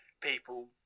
people